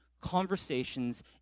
conversations